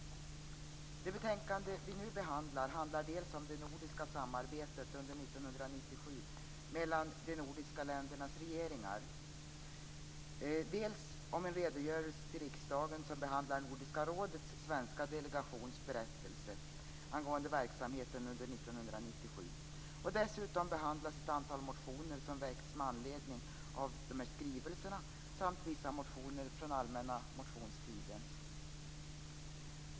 Det betänkande vi nu behandlar handlar dels om det nordiska samarbetet under 1997 mellan de nordiska ländernas regeringar, dels om en redogörelse till riksdagen som behandlar Nordiska rådets svenska delegations berättelse angående verksamheten under 1997. Dessutom behandlas ett antal motioner som väckts med anledning av de här skrivelserna samt vissa motioner från allmänna motionstiden.